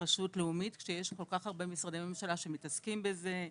רשות לאומית כשיש כל כך הרבה משרדי ממשלה שמתעסקים בזה,